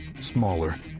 smaller